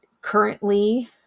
currently